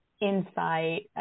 insight